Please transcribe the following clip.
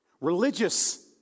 religious